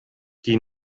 die